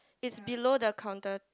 it's below the counter